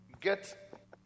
get